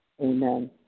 Amen